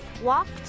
walked